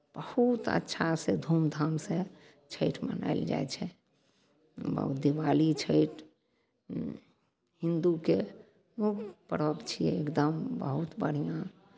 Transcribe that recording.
बहुत अच्छासँ धूमधामसँ छठि मनायल जाइ छै दिवाली छठि हिन्दूके पर्व छियै एकदम बहुत बढ़िआँ